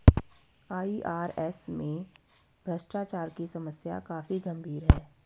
IRS में भ्रष्टाचार की समस्या काफी गंभीर है